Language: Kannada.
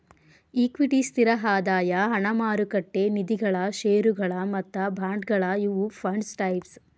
ಇಕ್ವಿಟಿ ಸ್ಥಿರ ಆದಾಯ ಹಣ ಮಾರುಕಟ್ಟೆ ನಿಧಿಗಳ ಷೇರುಗಳ ಮತ್ತ ಬಾಂಡ್ಗಳ ಇವು ಫಂಡ್ಸ್ ಟೈಪ್ಸ್